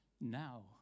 now